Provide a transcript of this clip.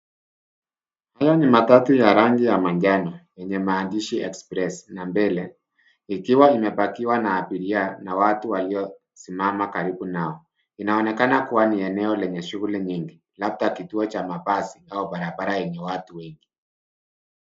Haya ni matatu ya rangi ya manjano yenye maandishi express na mbele ikiwa imepakiwa na abiria na watu waliosimama karibu nao. Inaonekana kuwa ni eneo lenye shuguli nyingi, labda kituo cha mabasi au barabara enye watu wengi.